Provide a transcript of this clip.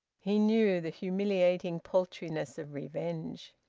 he knew the humiliating paltriness of revenge.